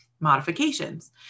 Modifications